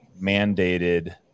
mandated